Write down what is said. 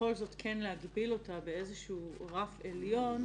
בכל זאת להגביל אותה ברף עליון,